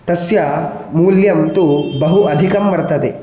तस्य मूल्यं तु बहु अधिकं वर्तते